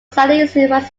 versailles